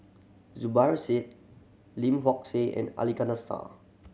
Zubir Said Lim Hock Siew and Ali Iskandar Shah